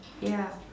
ya